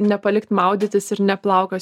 nepalikt maudytis ir neplaukios